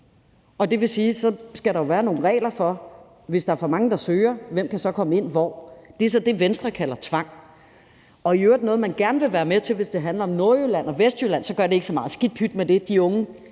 er for mange, der søger, skal være nogle regler for, hvem der så kan komme ind hvor. Det er så det, Venstre kalder tvang, og det er i øvrigt noget, man gerne vil være med til, hvis det handler om Nordjylland og Vestjylland. Så gør det ikke så meget, skidt pyt med det, det går